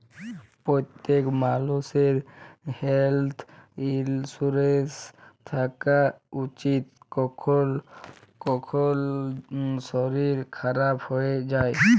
প্যত্তেক মালুষের health insurance থ্যাকা উচিত, কখল শরীর খারাপ হয়ে যায়